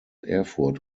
erfurt